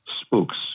spooks